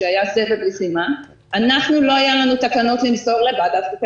אנחנו לא היה לנו תקנות למסור לוועדת חוקה,